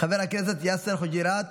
חבר הכנסת יאסר חוג'יראת,